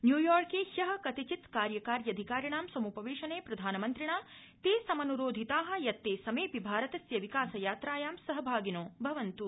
न्यूयॉर्के हय कतिचित् कार्यकार्यधिकारिणां सम्पवेशने प्रधानमन्त्रिणा ते समन्रोधिता यत्ते समेऽपि भारतस्य विकास यात्रायां सहभागिनो भवन्तु